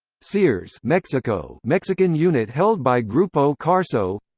sears mexican mexican unit held by grupo carso